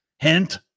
Hint